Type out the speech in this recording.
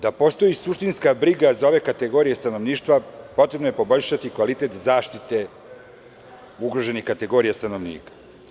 Da postoji suštinska briga za ove kategorije stanovništva potrebno je poboljšati kvalitet zaštite ugroženih kategorija stanovnika.